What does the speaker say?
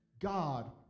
God